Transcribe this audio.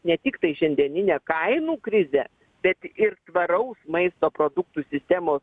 ne tiktai šiandieninę kainų krizę bet ir tvaraus maisto produktų sistemos